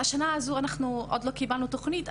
בשנה הזו עוד לא קיבלנו תוכנית,